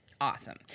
Awesome